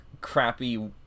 crappy